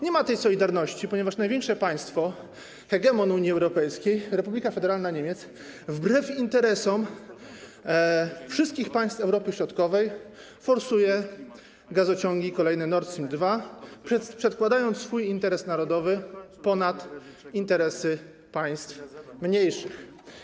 Nie ma tej solidarności, ponieważ największe państwo, hegemon Unii Europejskiej, Republika Federalna Niemiec wbrew interesom wszystkich państw Europy Środkowej forsuje kolejne gazociągi, Nord Stream 2, przedkładając swój interes narodowy ponad interesy państw mniejszych.